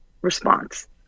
response